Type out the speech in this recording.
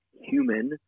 human